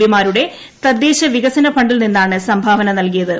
P മാരുടെ തദ്ദേശ വികസന ഫണ്ടിൽ നിന്നാണ് സംഭാവന നൽകിയത്